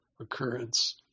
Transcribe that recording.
occurrence